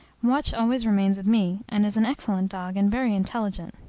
watch always remains with me, and is an excellent dog, and very intelligent.